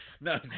No